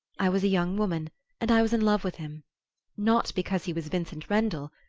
i was a young woman and i was in love with him not because he was vincent rendle,